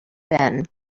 ben